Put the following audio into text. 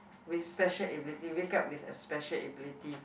with special ability wake up with a special ability